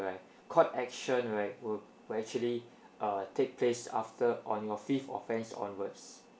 like court action right will actually uh take place after on your fifth offence onwards